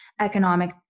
economic